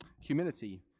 Humility